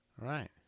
right